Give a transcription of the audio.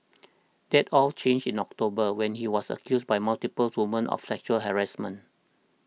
that all changed in October when he was accused by multiple women of sexual harassment